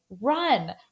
run